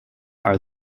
are